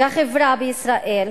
והחברה בישראל,